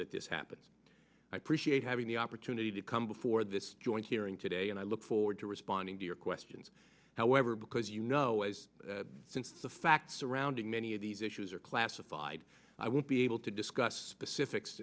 that this happens i appreciate having the opportunity to come before this joint hearing today and i look forward to responding to your questions however because you know as since the facts surrounding many of these issues are five i won't be able to discuss specifics